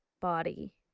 body